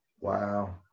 Wow